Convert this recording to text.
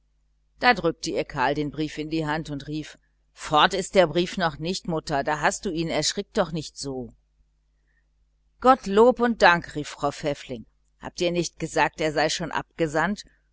da drückte ihr karl den brief in die hand und rief fort ist der brief noch nicht mutter da hast du ihn erschrick doch nicht so gott lob und dank rief frau pfäffling habt ihr nicht gesagt er sei schon abgesandt